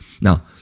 Now